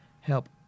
help